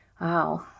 wow